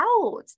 out